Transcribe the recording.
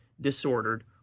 disordered